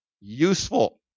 useful